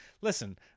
listen